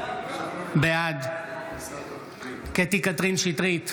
בעד קטי קטרין שטרית,